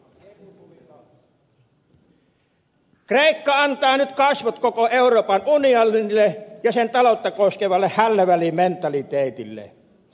kreikka antaa nyt kasvot koko euroopan unionille ja sen taloutta koskevalle hällä väliä mentaliteetille